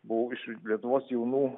buvau iš lietuvos jaunų